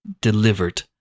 delivered